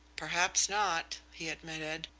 perhaps not, he admitted,